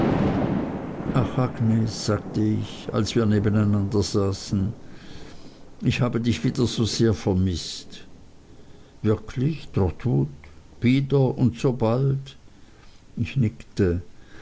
sagte ich als wir nebeneinander saßen ich habe dich wieder so sehr vermißt wirklich trotwood wieder und so bald ich nickte